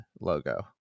logo